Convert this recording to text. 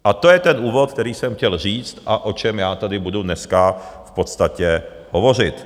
A to je ten úvod, který jsem chtěl říct a o čem já tady budu dneska v podstatě hovořit.